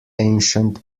ancient